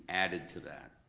added to that,